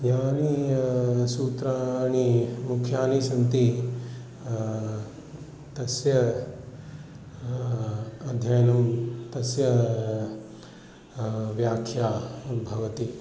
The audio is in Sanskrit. यानि सूत्राणि मुख्यानि सन्ति तस्य अध्ययनं तस्य व्याख्या भवति